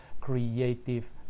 creative